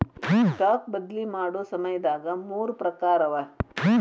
stock ಬದ್ಲಿ ಮಾಡೊ ಸಮಯದಾಗ ಮೂರ್ ಪ್ರಕಾರವ